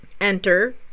Enter